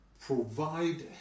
provide